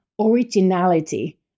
originality